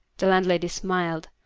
the landlady smiled.